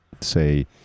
say